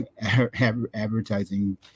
advertising